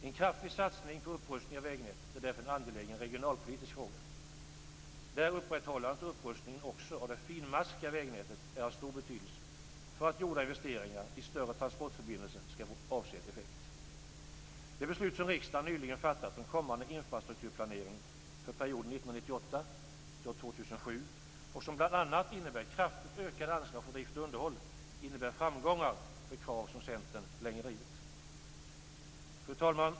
En kraftig satsning på upprustning av vägnätet är därför en angelägen regionalpolitisk fråga, där upprätthållandet och upprustningen också av det finmaskiga vägnätet är av stor betydelse för att gjorda investeringar i större transportförbindelser skall få avsedd effekt. Det beslut som riksdagen nyligen har fattat om kommande infrastrukturplanering för perioden 1998 2007 och som bl.a. innebär kraftigt ökade anslag för drift och underhåll innebär framgångar för krav som Centern länge har drivit. Fru talman!